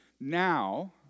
Now